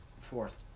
Fourth